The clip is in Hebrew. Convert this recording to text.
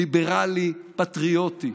ליברלי, פטריוטי,